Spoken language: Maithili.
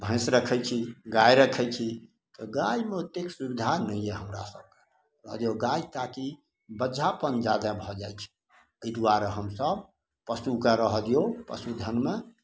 भैँस रखै छी गाइ रखै छी गाइमे ओतेक सुविधा नहि यऽ हमरासभकेँ आओर जँ गाइ ताकि बँझापन जादा भऽ जाइ छै ताहि दुआरे हमसभ पशुके रहऽ दिऔ पशुधनमे